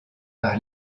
par